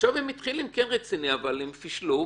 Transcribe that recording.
עכשיו הם מתחילים רציני, אבל הם פישלו